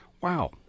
Wow